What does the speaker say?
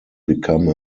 become